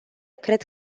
cred